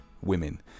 women